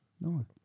No